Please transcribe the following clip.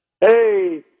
Hey